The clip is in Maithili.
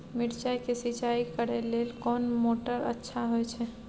मिर्चाय के सिंचाई करे लेल कोन मोटर अच्छा होय छै?